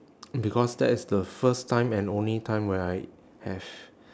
because that is the first time and only time where I have